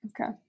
Okay